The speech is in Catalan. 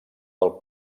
del